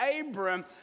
Abram